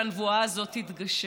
שהנבואה הזאת תתגשם?